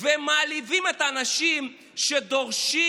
ומעליבים את האנשים שדורשים,